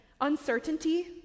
uncertainty